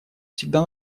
всегда